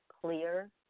clear